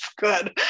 good